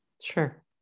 Sure